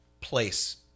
place